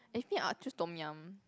if me I'll choose Tom-Yum